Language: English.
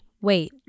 wait